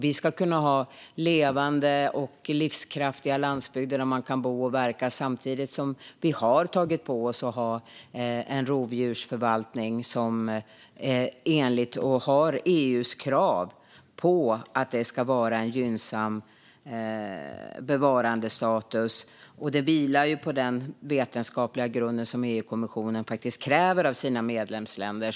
Vi ska kunna ha levande och livskraftiga landsbygder där man kan bo och verka, samtidigt som vi har tagit på oss att ha en rovdjursförvaltning som har EU:s krav på sig att det ska vara en gynnsam bevarandestatus. Det vilar på den vetenskapliga grund som EU-kommissionen faktiskt kräver av sina medlemsländer.